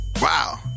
Wow